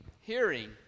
hearing